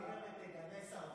אם אתה גבר, תגנה סרבנות.